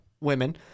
women